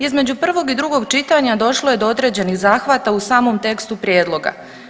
Između prvog i drugog čitanja došlo je do određenih zahvata u samom tekstu prijedloga.